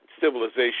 civilization